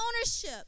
ownership